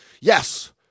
Yes